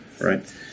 right